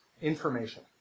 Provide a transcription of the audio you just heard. information